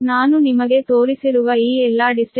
ಆದ್ದರಿಂದ ನಾನು ನಿಮಗೆ ತೋರಿಸಿರುವ ಈ ಎಲ್ಲಾ ಡಿಸ್ಟೆನ್ಸ್ ಗಳು 4 ಮೀಟರ್